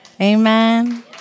Amen